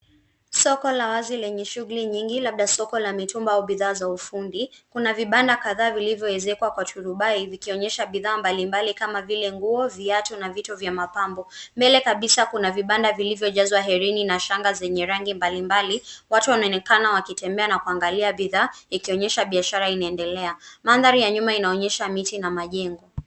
Soko la wazi lenye shughuli nyingi, labda soko la mitumba au bidhaa za ufundi. Kuna vibanda kadhaa vilivyoezekwa kwa turubai, vikionyesha bidhaa mbalimbali kama vile nguo, viatu na vitu vya mapambo. Mbele kabisa kuna vibanda vilivyojazwa herini na shanga zenye rangi mbali mbali. Watu wanaonekana wakitembea na kuangalia bidhaa ikionyesha biashara inaendelea. Mandhari ya nyuma inaonyesha miti na majengo.